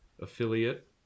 affiliate